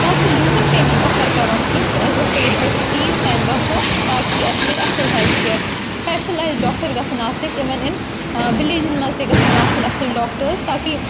تاکہِ لوٗکَن پیٚیہِ نہٕ سَفَر کَرُن کینٛہہ کہِ أسۍ گژھو ییٚتہِ پیٚٹھ سِٹیٖز تانۍ گژھو تاکہِ اَسہِ مِلہِ اَصٕل ہیٚلتھ کیر سپیشلایزڑ ڈاکٹر گژھن آسٕنۍ اِوَن اِن وِلیجَن مَنٛز تہِ گژھن آسٕنۍ اَصٕل ڈاکٹٲز تاکہِ